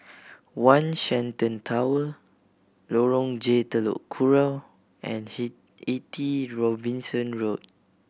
One Shenton Tower Lorong J Telok Kurau and Eighty Robinson Road